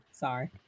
Sorry